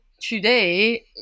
today